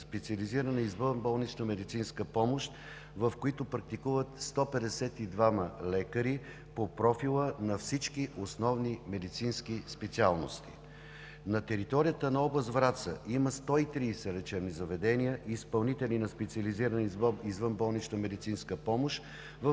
специализирана извънболнична медицинска помощ, в които практикуват 152 лекари по профила на всички основни медицински специалности. На територията на област Враца има 130 лечебни заведения и изпълнители на специализирана извънболнична медицинска помощ, в